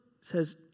says